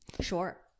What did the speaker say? Sure